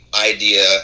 idea